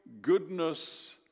goodness